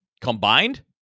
Combined